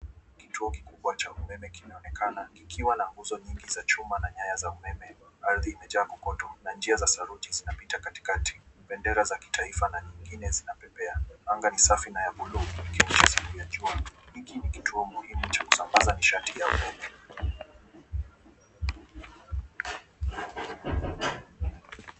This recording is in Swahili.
Kituo kikubwa cha umeme kimeonekana kikiwa na nguzo nyingi za chuma na nyaya za umeme. Ardhi imejaa kokoto na njia za saruji zinapita katikati. Bendera za kitaifa na mingine zinapepea. Anga ni safi na ya buluu ikionyesha sehemu ya jua. Hiki ni kituo muhimu cha kusambaza nishati ya umeme.